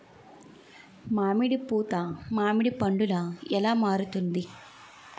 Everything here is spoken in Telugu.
మామిడి పూత మామిడి పందుల ఎలా మారుతుంది?